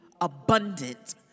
abundant